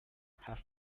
have